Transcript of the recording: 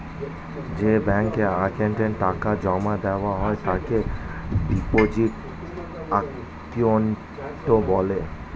যে ব্যাঙ্ক অ্যাকাউন্টে টাকা জমা দেওয়া হয় তাকে ডিপোজিট অ্যাকাউন্ট বলে